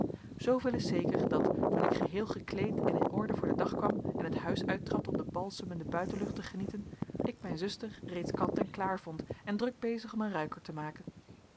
zooveel is zeker dat toen ik geheel gekleed en in orde voor den dag kwam en het huis uittrad om de balsemende buitenlucht te genieten ik mijn zuster reeds kant en klaar vond en druk bezig om een ruiker te maken